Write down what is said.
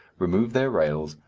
remove their rails,